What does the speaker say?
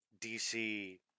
DC